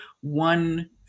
one